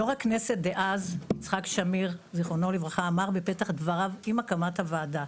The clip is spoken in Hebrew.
יו"ר הכנסת דאז יצחק שמיר ז"ל אמר בפתח דבריו עם הקמת הוועדה: